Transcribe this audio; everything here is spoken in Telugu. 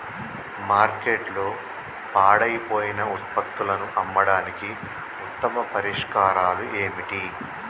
మార్కెట్లో పాడైపోయిన ఉత్పత్తులను అమ్మడానికి ఉత్తమ పరిష్కారాలు ఏమిటి?